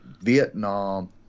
Vietnam